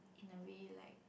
the way like